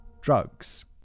drugs